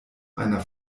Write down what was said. einer